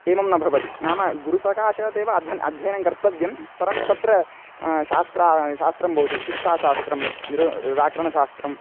एवं न भवति नाम गुरुसकाशत् एव अद्धन् अध्ययनं कर्तव्यं परन्तु तत्र शास्त्रं शास्त्रं भवति शिक्षाशास्त्रं निरुक्तं व्याकरणशास्त्रं